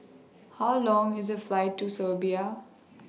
How Long IS The Flight to Serbia